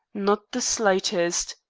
not the slightest.